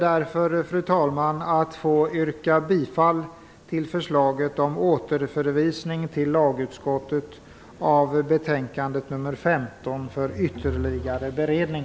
Därför, fru talman, ber jag att få yrka bifall till förslaget om återförvisning till lagutskottet av betänkandet nr 15 för ytterligare beredning.